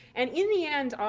and in the end,